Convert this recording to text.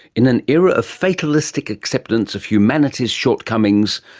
in an era of fatalistic acceptance of humanity's shortcomings,